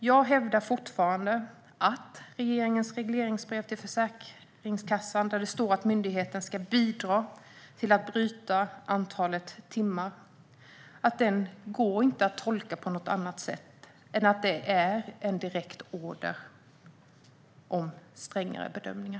Jag hävdar fortfarande att regeringens regleringsbrev till Försäkringskassan, där det står att myndigheten ska bidra till att bryta antalet timmar, inte går att tolka som något annat än en direkt order om strängare bedömningar.